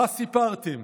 מה סיפרתם?